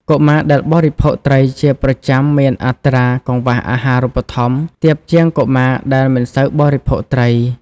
កុមារ ដែលបរិភោគត្រីជាប្រចាំមានអត្រា កង្វះអាហារូបត្ថម្ភ ទាបជាងកុមារដែលមិនសូវបរិភោគត្រី។